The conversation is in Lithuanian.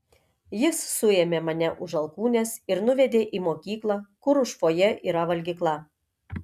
jis suėmė mane už alkūnės ir nuvedė į mokyklą kur už fojė buvo valgykla